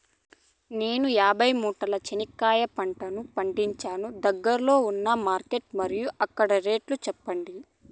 నేను యాభై మూటల చెనక్కాయ పంట పండించాను దగ్గర్లో ఉన్న మార్కెట్స్ మరియు అక్కడ రేట్లు చెప్పండి?